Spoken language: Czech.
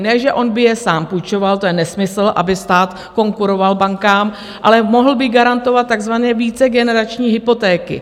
Ne že on by je sám půjčoval, to je nesmysl, aby stát konkuroval bankám, ale mohl by garantovat takzvané vícegenerační hypotéky.